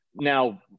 now